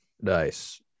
nice